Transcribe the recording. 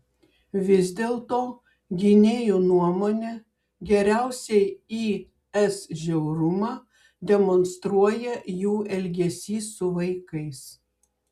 vis dėlto gynėjų nuomone geriausiai is žiaurumą demonstruoja jų elgesys su vaikais